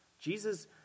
Jesus